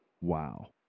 Wow